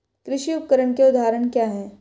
कृषि उपकरण के उदाहरण क्या हैं?